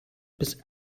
bis